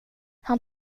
han